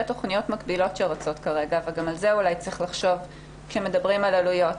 תכניות מקבילות שרצות כרגע וגם על זה צריך לחשוב כשמדברים על עלויות.